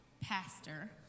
pastor